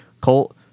Colt